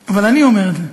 אבל אני אומר את זה.